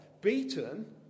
beaten